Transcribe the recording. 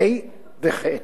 ה' וח'.